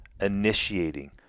initiating